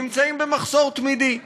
נמצאים במחסור תמידי,